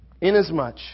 Inasmuch